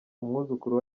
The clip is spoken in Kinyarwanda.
umwuzukuru